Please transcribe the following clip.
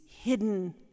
hidden